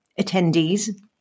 attendees